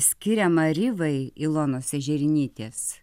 skiriama rivai ilonos ežerinytės